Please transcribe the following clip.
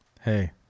hey